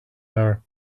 hour